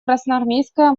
красноармейская